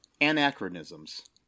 Anachronisms